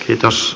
kiitos